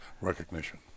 recognition